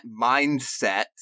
mindset